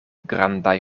grandaj